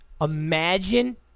Imagine